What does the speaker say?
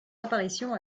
apparitions